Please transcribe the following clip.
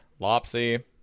Lopsy